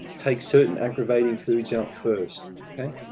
take certain aggravating foods out first, okay?